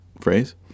phrase